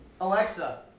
Alexa